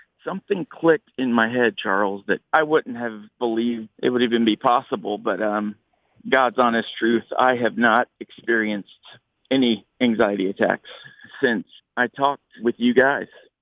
something clicked in my head, charles, that i wouldn't have believed it would even be possible. but um god's honest truth i have not experienced any anxiety attacks since i talked with you guys